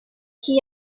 key